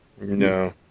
No